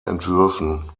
entwürfen